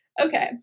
Okay